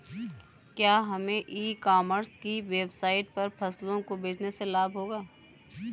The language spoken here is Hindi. क्या हमें ई कॉमर्स की वेबसाइट पर फसलों को बेचने से लाभ होगा?